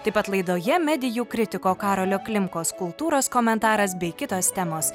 taip pat laidoje medijų kritiko karolio klimkos kultūros komentaras bei kitos temos